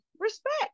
respect